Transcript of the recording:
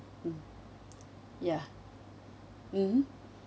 mm ya mmhmm